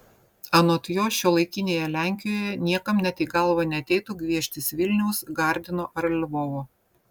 anot jo šiuolaikinėje lenkijoje niekam net į galvą neateitų gvieštis vilniaus gardino ar lvovo